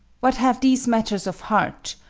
what have these matters of heart,